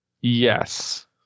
yes